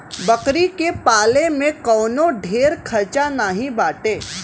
बकरी के पाले में कवनो ढेर खर्चा नाही बाटे